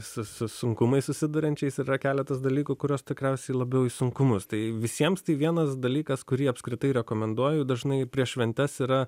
su su sunkumais susiduriančiais ir yra keletas dalykų kuriuos tikriausiai labiau į sunkumus tai visiems tai vienas dalykas kurį apskritai rekomenduoju dažnai prieš šventes yra